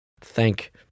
thank